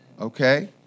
Okay